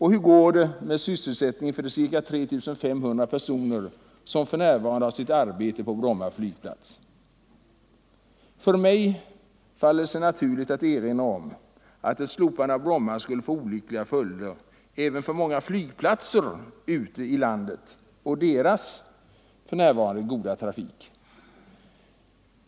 Hur går det med sysselsättningen för de ca 3 500 personer som för närvarande har sitt arbete på Bromma flygplats? Ja, frågorna är många. För mig faller det sig naturligt att erinra om att ett slopande av Bromma flygplats skulle få olyckliga följder även för många flygplatser ute i landet och deras för närvarande goda trafik.